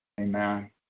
Amen